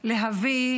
להביא